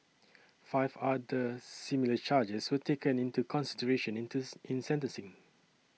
five other similar charges were taken into consideration in in sentencing